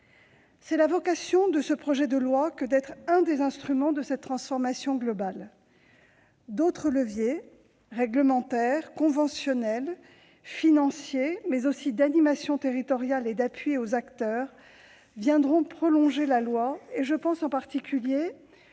C'est la vocation de ce projet de loi que d'être l'un des instruments de cette transformation globale. D'autres leviers- réglementaires, conventionnels, financiers, mais aussi d'animation territoriale et d'appui aux acteurs -viendront prolonger la loi. Je pense en particulier